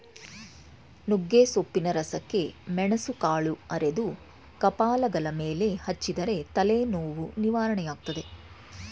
ನುಗ್ಗೆಸೊಪ್ಪಿನ ರಸಕ್ಕೆ ಮೆಣಸುಕಾಳು ಅರೆದು ಕಪಾಲಗಲ ಮೇಲೆ ಹಚ್ಚಿದರೆ ತಲೆನೋವು ನಿವಾರಣೆಯಾಗ್ತದೆ